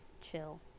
chill